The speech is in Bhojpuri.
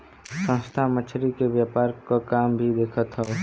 संस्था मछरी के व्यापार क काम भी देखत हौ